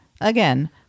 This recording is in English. Again